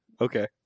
okay